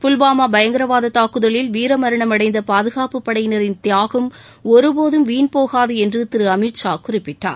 புல்வாமா பயங்கரவாத தாக்குதலில் வீரமரணம் அடைந்த பாதுகாப்புப் படையினரின் தியாகம் ஒருபோதும் வீண்போகாது என்று திரு அமித் ஷா குறிப்பிட்டார்